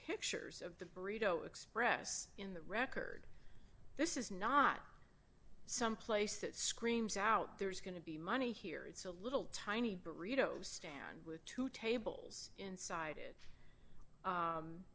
pictures of the burrito express in the record this is not some place that screams out there's going to be money here it's a little tiny burrito stand with two dollars tables inside i